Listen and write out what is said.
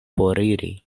foriri